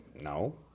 No